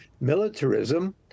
militarism